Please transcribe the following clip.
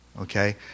Okay